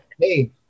hey